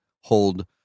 hold